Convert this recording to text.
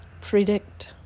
predict